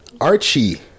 Archie